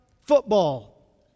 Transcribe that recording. football